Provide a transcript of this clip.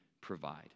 provide